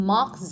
Mark